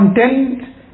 content